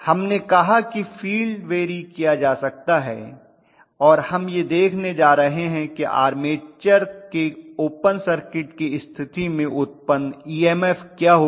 हमने कहा कि फील्ड वेरी किया जा सकता है और हम यह देखने जा रहे हैं कि आर्मेचर के ओपन सर्किट की स्थिति मैं उत्पन्न ईएमएफ क्या होगी